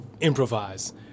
Improvise